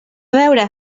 veure